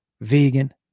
Vegan